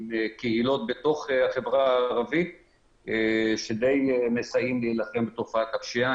עם קהילות בתוך החברה הערבית שמסייעים להילחם בתופעת הפשיעה.